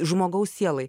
žmogaus sielai